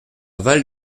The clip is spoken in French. val